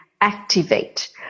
activate